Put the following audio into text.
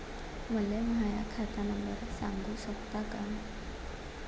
मले माह्या खात नंबर सांगु सकता का?